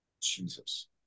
Jesus